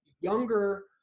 younger